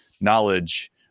knowledge